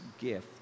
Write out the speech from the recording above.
gift